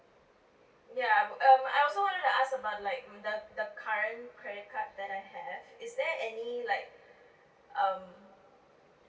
ya um I also wanted to ask about like the the current credit card that I have is there any like um